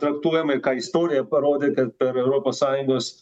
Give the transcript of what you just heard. traktuojama ir ką istorija parodė kad per europos sąjungos